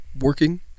Working